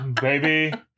baby